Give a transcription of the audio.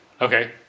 Okay